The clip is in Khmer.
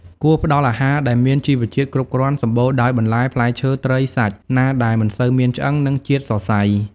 គួរផ្ដល់អាហារដែលមានជីវជាតិគ្រប់គ្រាន់ សម្បូរដោយ បន្លែ ផ្លែឈើ ត្រី សាច់ណាដែលមិនសូវមានឆ្អឹង និងជាតិសរសៃ។